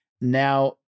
Now-